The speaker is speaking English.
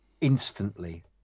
instantly